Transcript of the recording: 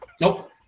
Nope